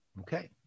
Okay